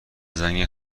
زنگ